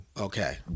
Okay